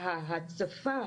ההצפה